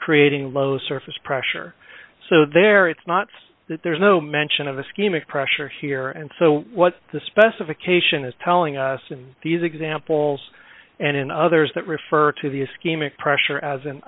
creating low surface pressure so there it's not that there's no mention of the scheme of pressure here and so what the specification is telling us and these examples and in others that refer to the ischemic pressure as an